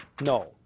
No